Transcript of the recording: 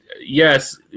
yes